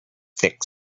thick